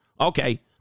Okay